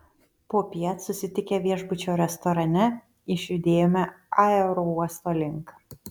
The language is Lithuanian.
popiet susitikę viešbučio restorane išjudėjome aerouosto link